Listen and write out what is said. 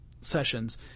sessions